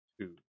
two